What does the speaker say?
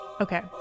Okay